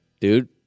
dude